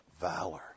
valor